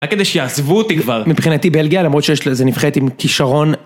רק כדי שיעזבו אותי כבר. מבחינתי בלגיה למרות שיש לזה נבחרת עם כישרון.